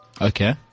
Okay